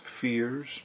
fears